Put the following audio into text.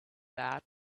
that